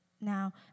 Now